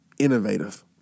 innovative